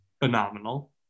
phenomenal